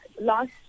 last